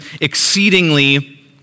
exceedingly